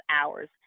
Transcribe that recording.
hours